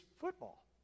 football